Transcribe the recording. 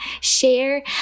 share